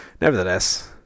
nevertheless